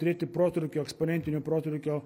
turėti protrūkio eksponentinio protrūkio